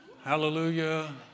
Hallelujah